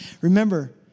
remember